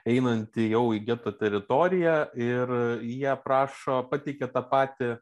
einantį jau į geto teritoriją ir jie aprašo pateikia tą patį